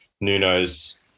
Nuno's